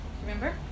Remember